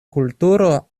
kulturo